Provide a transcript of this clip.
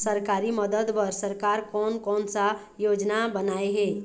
सरकारी मदद बर सरकार कोन कौन सा योजना बनाए हे?